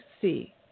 see